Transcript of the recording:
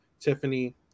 Tiffany